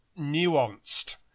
nuanced